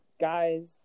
guys